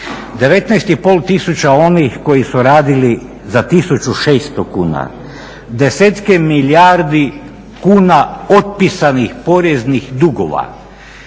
tisuća onih koji su radili za 1600 kuna. Desetke milijardi kuna otpisanih poreznih dugova.